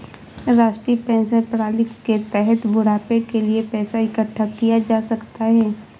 राष्ट्रीय पेंशन प्रणाली के तहत बुढ़ापे के लिए पैसा इकठ्ठा किया जा सकता है